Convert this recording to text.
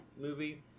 movie